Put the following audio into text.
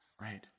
Right